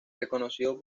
reconocido